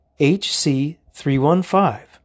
HC315